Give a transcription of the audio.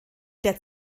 der